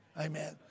Amen